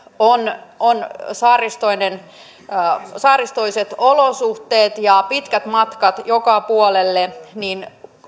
on on saaristoiset olosuhteet ja pitkät matkat joka puolelle niin